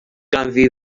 ganddi